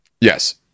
Yes